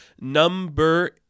Number